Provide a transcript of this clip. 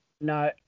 No